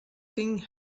thing